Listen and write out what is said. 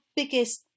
biggest